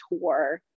tour